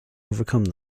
overcome